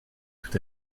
tout